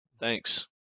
thanks